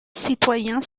citoyen